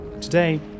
Today